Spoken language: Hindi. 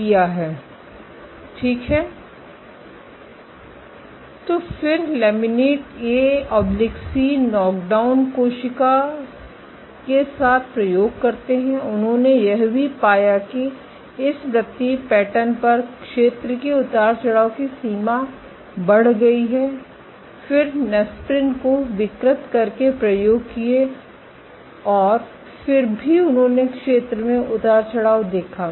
ठीक है तो वे फिर लमिनेट एसी नॉक डाउन कोशिका के साथ प्रयोग करते हैं उन्होंने यह भी पाया कि इस व्रत्तीय पैटर्न पर क्षेत्र के उतार चढ़ाव की सीमा बढ़ गई फिर नेस्प्रिन को विक्र्त करके प्रयोग किए और फिर भी उन्होंने क्षेत्र में उतार चढ़ाव देखा